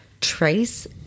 trace